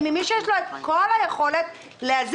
גם מצאנו את הפתרונות, גם הבאנו להם את